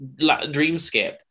dreamscape